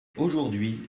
aujourd’hui